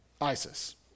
ISIS